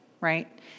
right